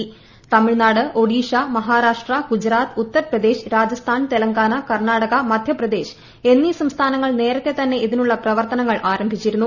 ്തമിഴ്നാട് ഒഡീഷ മഹാരാഷ്ട്ര ഗുജറാത്ത് ഉത്തർ പ്രദേശ്ച് രാ്ജസ്ഥാൻ തെലങ്കാന കർണ്ണാടക മധ്യ പ്രദേശ് എന്നീ ൻ ്റ്റ്സ്ഥാനങ്ങൾ നേരത്തെ തന്നെ ഇതിനുള്ള പ്രവർത്തനങ്ങൾ ആര്ട്ടിച്ചിരുന്നു